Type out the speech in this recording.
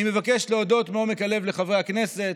אני מבקש להודות מעומק הלב לחברי הכנסת,